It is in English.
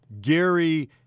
Gary